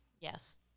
Yes